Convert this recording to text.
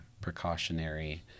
precautionary